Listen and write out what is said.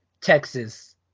Texas